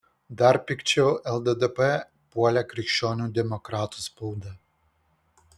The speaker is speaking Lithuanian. dar pikčiau lddp puolė krikščionių demokratų spauda